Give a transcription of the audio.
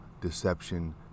deception